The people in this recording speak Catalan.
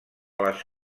les